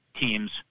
teams